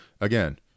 again